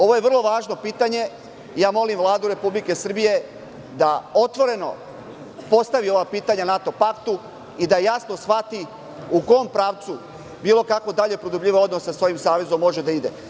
Ovo je vrlo važno pitanje i molim Vladu Republike Srbije da otvoreno postavi ova pitanja NATO paktu i da jasno shvati u kom pravcu bilo kakvo produbljivanje odnosa sa ovim savezom može da ide.